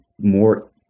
more